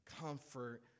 comfort